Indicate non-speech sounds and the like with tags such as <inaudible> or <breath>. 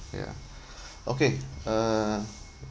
ya <breath> okay uh